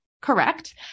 correct